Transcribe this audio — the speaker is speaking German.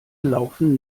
laufen